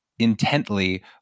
intently